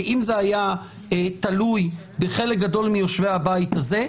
ואם זה היה תלוי בחלק גדול מיושבי הבית הזה,